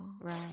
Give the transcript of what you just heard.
Right